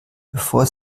bevor